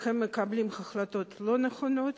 שהם מקבלים החלטות לא נכונות,